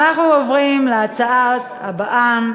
אנחנו עוברים להצעה הבאה,